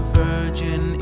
virgin